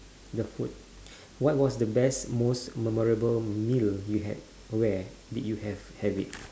the food what was the best most memorable meal you had where did you have have it